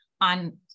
on